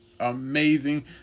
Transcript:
Amazing